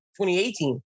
2018